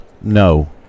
No